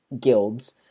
guilds